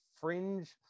fringe